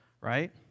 right